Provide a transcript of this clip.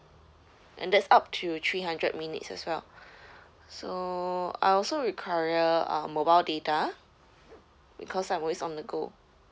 and that's up to three hundred minutes as well so I also require ah mobile data because I'm always on the go